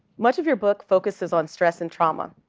much of your book focuses on stress and trauma.